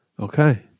Okay